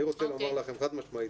אני רוצה לומר לכם חד משמעית,